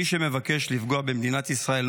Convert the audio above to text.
מי שמבקש לפגוע במדינת ישראל,